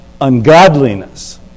ungodliness